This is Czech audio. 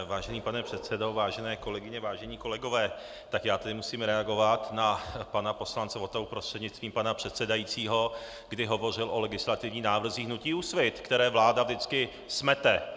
Vážený pane předsedo, vážené kolegyně, vážení kolegové, tak já tedy musím reagovat na pana poslance Votavu prostřednictvím pana předsedajícího, kdy hovořil o legislativních návrzích hnutí Úsvit, které vláda vždycky smete.